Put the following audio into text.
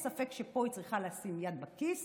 אין ספק שפה היא צריכה לשים יד בכיס